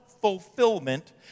fulfillment